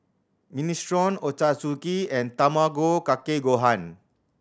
Minestrone Ochazuke and Tamago Kake Gohan